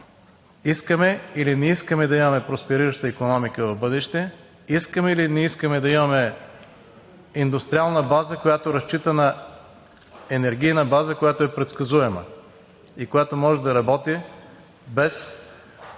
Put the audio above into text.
Искаме или не искаме да имаме просперираща икономика в бъдеще? Искаме или не искаме да имаме индустриална база, която разчита на енергийна база, която е предсказуема и която може да работи без